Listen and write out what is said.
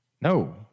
No